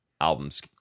album's